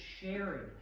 sharing